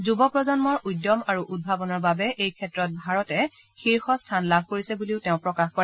যুব প্ৰজন্মৰ উদ্যম আৰু উদ্ভাৱনৰ বাবে এই ক্ষেত্ৰত ভাৰতে শীৰ্ষ স্থান লাভ কৰিছে বুলিও তেওঁ প্ৰকাশ কৰে